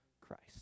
Christ